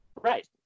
Right